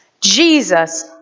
Jesus